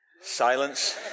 Silence